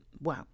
wow